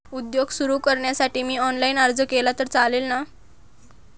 उद्योग सुरु करण्यासाठी मी ऑनलाईन अर्ज केला तर चालेल ना?